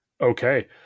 Okay